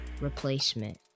replacement